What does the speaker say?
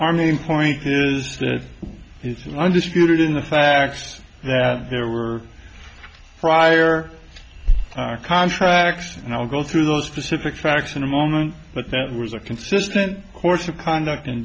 main point is that it's an undisputed in the facts that there were prior contracts and i'll go through those specific facts in a moment but that was a consistent course of conduct in